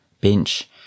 bench